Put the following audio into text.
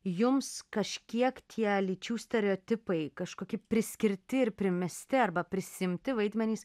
jums kažkiek tie lyčių stereotipai kažkokie priskirti ir primesti arba prisiimti vaidmenys